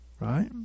right